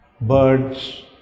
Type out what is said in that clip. birds